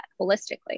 holistically